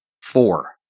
Four